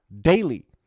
daily